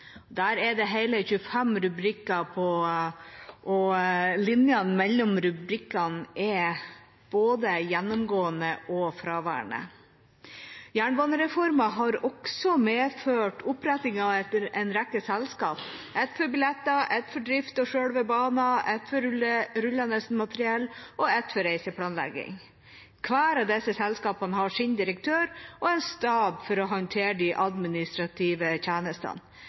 Der er det hele 25 rubrikker, og linjene mellom rubrikkene er både gjennomgående og fraværende. Jernbanereformen har også medført oppretting av en rekke selskap: ett for billetter, ett for drift og selve banen, ett for rullende materiell og ett for reiseplanlegging. Hvert av disse selskapene har sin direktør og en stab for å håndtere de administrative tjenestene.